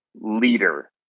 leader